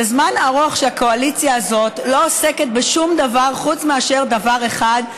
זה זמן ארוך שהקואליציה הזאת לא עוסקת בשום דבר חוץ מאשר דבר אחד,